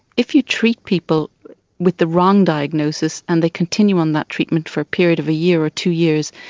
if you treat people with the wrong diagnosis and they continue on that treatment for a period of a year or two years,